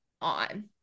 on